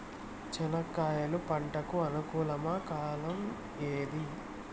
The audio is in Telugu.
చెనక్కాయలు పంట కు అనుకూలమా కాలం ఏది?